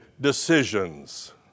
decisions